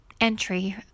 entry